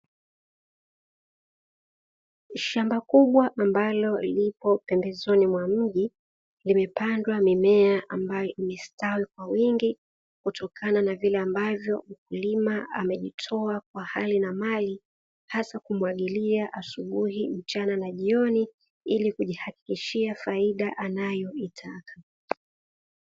Shamba kubwa ambalo lipo pembezoni mwa mji limepandwa mimea ambayo imestawi kwa wingi kutokana na vile ambavyo mkulima amejitoa kwa hali na mali hasa kumwagilia asubuhi, mchana na jioni ili kujihakikishia faida anayoitaka.